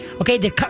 Okay